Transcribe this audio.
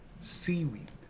seaweed